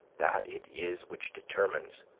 that it is which determines,